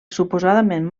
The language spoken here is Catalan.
suposadament